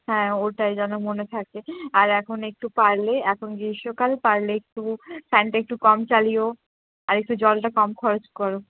হ্যাঁ ওটাই যেন মনে থাকে আর এখন একটু পারলে এখন গ্রীষ্মকাল পারলে একটু ফ্যানটা একটু কম চালিও আর একটু জলটা কম খরচ কর